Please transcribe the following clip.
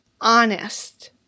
honest